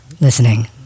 listening